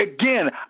Again